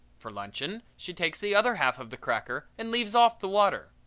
for luncheon she takes the other half of the cracker and leaves off the water.